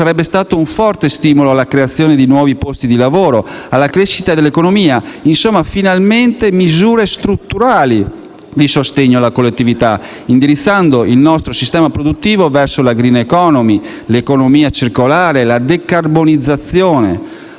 sarebbe stato un forte stimolo alla creazione di nuovi posti di lavoro, alla crescita dell'economia. Insomma, sarebbero state finalmente misure strutturali di sostegno alla collettività, indirizzando il nostro sistema produttivo verso la *green economy*, l'economia circolare e la decarbonizzazione.